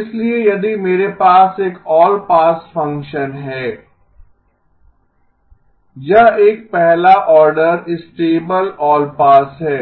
इसलिए यदि मेरे पास एक ऑल पास फ़ंक्शन है यह एक पहला ऑर्डर स्टेबल ऑलपास है